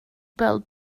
bêl